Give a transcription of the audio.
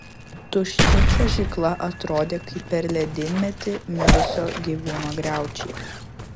tuščia čiuožykla atrodė kaip per ledynmetį mirusio gyvūno griaučiai